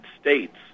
States